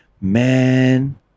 Man